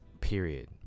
period